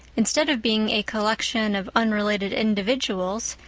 instead of being a collection of unrelated individuals,